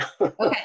Okay